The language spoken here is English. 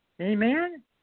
Amen